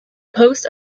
post